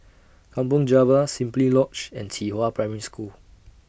Kampong Java Simply Lodge and Qihua Primary School